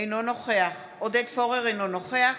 אינו נוכח עודד פורר, אינו נוכח